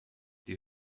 die